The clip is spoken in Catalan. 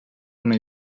una